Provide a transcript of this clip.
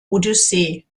odyssee